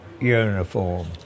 uniform